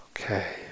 Okay